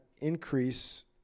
increase